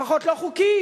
לפחות לא חוקי.